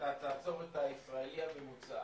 ואתה תעצור את הישראלי הממוצע,